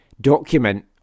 document